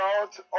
out